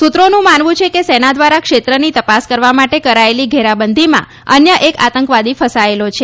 સુત્રોનું માનવું છે કે સેના દ્વારા ક્ષેત્રની તપાસ કરવા માટે કરાયેલી ઘેરાબંધીમાં અન્ય એક આતંકવાદી ફસાયેલો છે